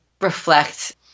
reflect